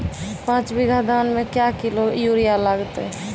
पाँच बीघा धान मे क्या किलो यूरिया लागते?